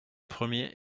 premier